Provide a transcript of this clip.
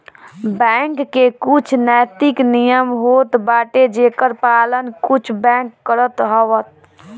bank के कुछ नैतिक नियम होत बाटे जेकर पालन कुछ बैंक करत हवअ